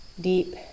deep